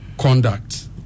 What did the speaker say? conduct